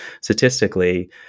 statistically